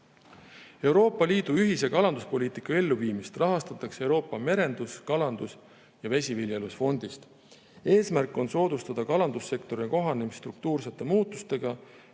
tagatud. Euroopa Liidu ühise kalanduspoliitika elluviimist rahastatakse Euroopa merendus‑, kalandus‑ ja vesiviljelusfondist. Eesmärk on soodustada kalandussektori kohanemist struktuursete muutustega,